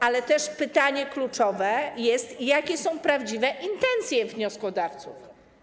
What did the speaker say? Ale jest też pytanie kluczowe: Jakie są prawdziwe intencje wnioskodawców?